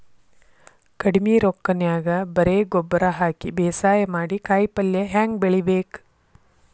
ಕಡಿಮಿ ರೊಕ್ಕನ್ಯಾಗ ಬರೇ ಗೊಬ್ಬರ ಹಾಕಿ ಬೇಸಾಯ ಮಾಡಿ, ಕಾಯಿಪಲ್ಯ ಹ್ಯಾಂಗ್ ಬೆಳಿಬೇಕ್?